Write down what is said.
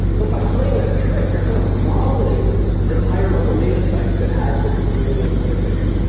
but by playing that trick, you're kind of modeling this higher-level data type that has this commutative interface.